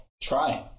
Try